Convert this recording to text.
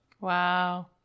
Wow